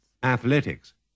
athletics